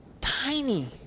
tiny